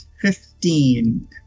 Fifteen